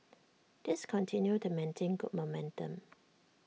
these continue to maintain good momentum